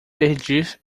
pedir